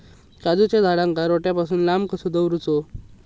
काजूच्या झाडांका रोट्या पासून लांब कसो दवरूचो?